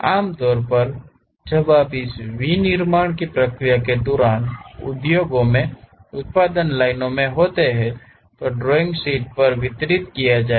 आमतौर पर जब आप इस विनिर्माण प्रक्रिया के दौरान उद्योगों में उत्पादन लाइनों में होते हैं तो ड्राइंग शीट वितरित की जाएगी